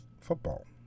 football